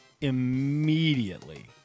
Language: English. immediately